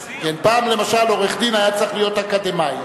פעם, למשל, עורך-דין היה צריך להיות אקדמאי.